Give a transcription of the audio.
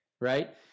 Right